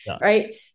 right